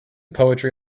poetry